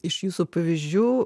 iš jūsų pavyzdžių